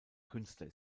künstler